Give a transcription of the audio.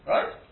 Right